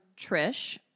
Trish